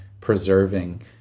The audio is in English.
preserving